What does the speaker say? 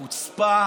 את החוצפה,